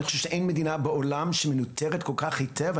אני חושב שאין מדינה בעולם שמנוטרת כל כך היטב.